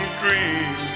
dream